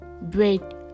bread